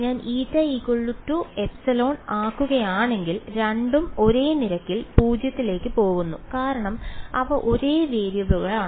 ഞാൻ η ε ആക്കുകയാണെങ്കിൽ രണ്ടും ഒരേ നിരക്കിൽ 0 ലേക്ക് പോകുന്നു കാരണം അവ ഒരേ വേരിയബിളുകളാണ്